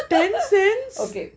ten cents